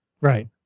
Right